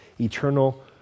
eternal